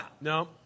No